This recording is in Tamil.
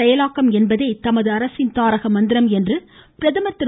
செயலாக்கம் என்பதே தமது அரசின் தாரக மந்திரம் என்று பிரதமர் திரு